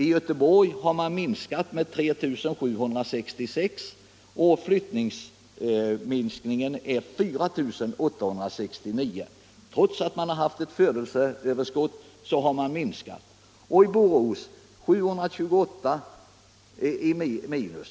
I Göteborg har man minskat med 3 766 och flyttningsminskningen är 4 869. Trots att man haft ett födelseöverskott så har befolkningen således minskat. I Borås har man ett minus med 728.